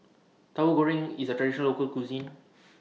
Tahu Goreng IS A Traditional Local Cuisine